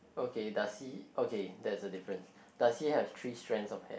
okay does he okay there's a difference does he have three strands of hair